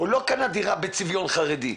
הוא לא קנה דירה בצביון חרדי.